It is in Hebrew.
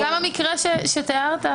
גם במקרה שתיארת,